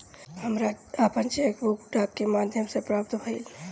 हमरा आपन cheque book डाक के माध्यम से प्राप्त भइल ह